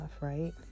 right